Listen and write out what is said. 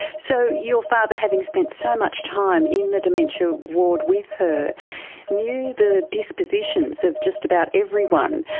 so your father, having spent so much time in the dementia ward with her knew the dispositions of just about everyone.